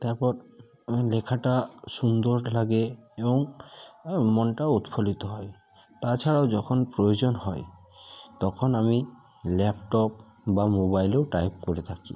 তারপর আমার লেখাটা সুন্দর লাগে এবং মনটাও উৎফুল্লিত হয় তাছাড়াও যখন প্রয়োজন হয় তখন আমি ল্যাপটপ বা মোবাইলেও টাইপ করে থাকি